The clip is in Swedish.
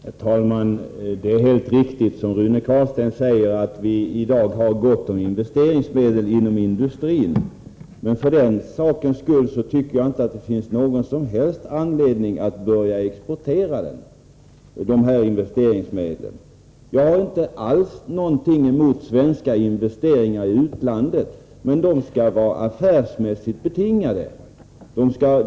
Herr talman! Det är helt riktigt, som Rune Carlstein säger, att vi i dag har gott om investeringsmedel inom industrin. Men för den sakens skull tycker jag inte att det finns någon som helst anledning att börja exportera dessa investeringsmedel. Jag har inte alls någonting emot svenska investeringar i utlandet, men de skall vara affärsmässigt betingade.